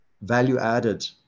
value-added